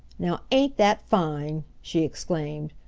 now, ain't dat fine! she exclaimed.